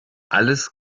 alles